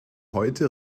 heute